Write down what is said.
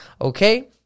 Okay